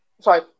Sorry